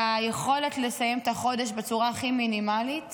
ביכולת לסיים את החודש בצורה הכי מינימלית